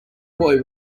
boy